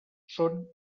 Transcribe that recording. són